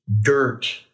dirt